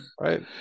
right